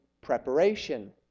preparation